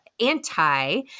anti